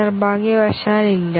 നിർഭാഗ്യവശാൽ ഇല്ല